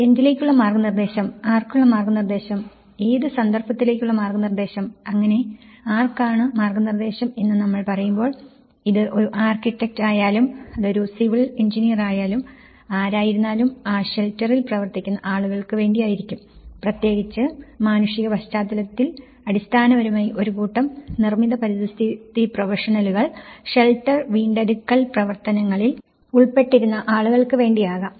എന്തിലേക്കുള്ള മാർഗ്ഗനിർദ്ദേശം ആർക്കുള്ള മാർഗ്ഗനിർദ്ദേശം ഏത് സന്ദർഭത്തിലേക്കുള്ള മാർഗ്ഗനിർദ്ദേശം അങ്ങനെ ആർക്കാണ് മാർഗ്ഗനിർദ്ദേശം എന്ന് നമ്മൾ പറയുമ്പോൾ ഇത് ഒരു ആർക്കിടെക്റ്റ് ആയാലും അത് ഒരു സിവിൽ എഞ്ചിനീയറായാലും ആരായിരുന്നാലും ആ ഷെൽറ്ററിൽ പ്രവർത്തിക്കുന്ന ആളുകൾക്ക് വേണ്ടിയായിരിക്കും പ്രത്യേകിച്ച് മാനുഷിക പശ്ചാത്തലത്തിൽ അടിസ്ഥാനപരമായി ഒരു കൂട്ടം നിർമ്മിത പരിസ്ഥിതി പ്രൊഫഷനുകളിൽ ഷെൽട്ടർ വീണ്ടെടുക്കലിൽ പ്രവർത്തനങ്ങളിൽ ഉൾപ്പെട്ടിരിക്കുന്ന ആളുകൾക്കുവേണ്ടിയാകാം